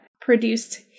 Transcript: produced